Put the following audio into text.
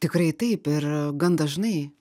tikrai taip ir gan dažnai